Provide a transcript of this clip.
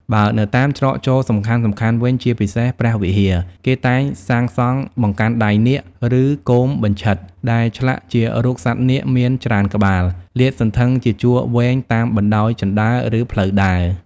បើនៅតាមច្រកចូលសំខាន់ៗវិញ ជាពិសេសព្រះវិហារ គេតែងសាងសង់បង្កាន់ដៃនាគ ឬគោមបញ្ឆិត ដែលឆ្លាក់ជារូបសត្វនាគមានច្រើនក្បាល លាតសន្ធឹងជាជួរវែងតាមបណ្តោយជណ្តើរ ឬផ្លូវដើរ។